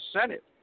Senate